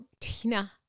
Tina